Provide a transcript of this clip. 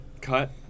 cut